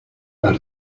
las